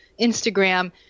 Instagram